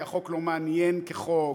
כי החוק לא מעניין כחוק.